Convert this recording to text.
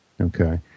Okay